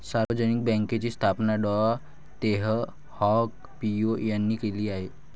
सार्वजनिक बँकेची स्थापना डॉ तेह हाँग पिओ यांनी केली आहे